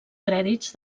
crèdits